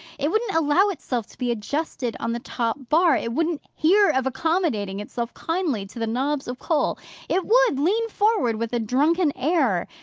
it wouldn't allow itself to be adjusted on the top bar it wouldn't hear of accommodating itself kindly to the knobs of coal it would lean forward with a drunken air,